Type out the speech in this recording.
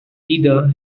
either